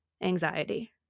anxiety